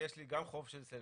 זה לפי סיבות שהן לא